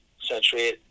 century